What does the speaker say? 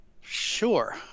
Sure